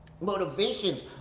motivations